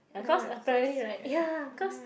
ya cause apparently right ya cause